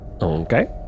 Okay